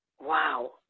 Wow